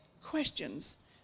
questions